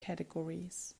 categories